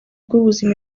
bw’ubuzima